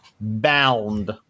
bound